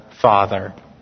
Father